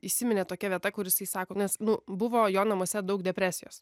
įsiminė tokia vieta kuri jisai sako nes nu buvo jo namuose daug depresijos